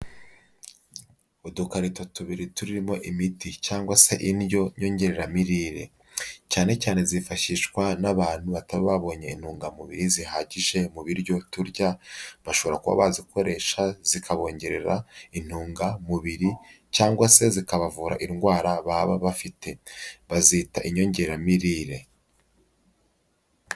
Udukarito tubiri turimo imiti cyangwa se indyo nyongereramirire, cyane cyane zifashishwa n'abantu bataba babonye intungamubiri zihagije mu biryo turya bashobora kuba bazikoresha zikabongerera intungamubiri cyangwa se zikabavura indwara baba bafite, bazita inyongeramirire.